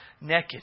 naked